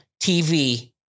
TV